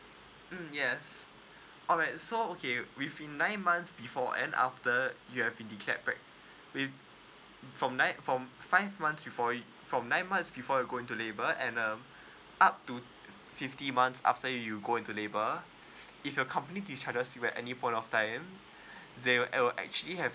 mm yes alright so okay within nine months before and after you have in declare with from nine from five months before you from nine months before you're going to labour and uh up to fifty months after you go into labor if you're company any point of time they were at will actually have